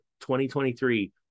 2023